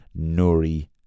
Nuri